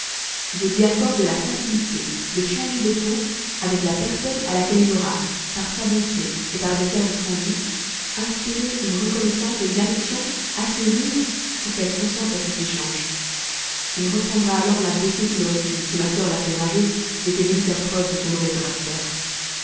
je lui accorde la facilité de changer de peau avec la personne à laquelle il aura par sa bonté et par des services rendus inspiré une reconnaissance et une affection assez vives pour qu'elle consente à cet échange il reprendra alors la beauté qu'il aurait eue si ma soeur la fée rageuse n'était venue faire preuve de son mauvais caractère